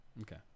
okay